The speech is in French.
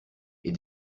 est